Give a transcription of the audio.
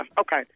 Okay